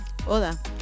hola